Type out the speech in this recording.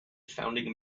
founding